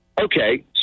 Okay